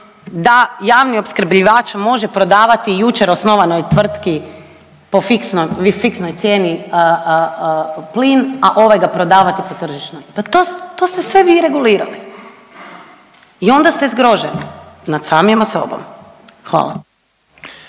da javni opskrbljivač može prodavati jučer osnovanoj tvrtki po fiksnoj cijeni plin, a ovaj ga prodavati po tržišnoj. Pa to, to ste sve vi regulirali. I onda ste zgroženi nad samima sobom. Hvala.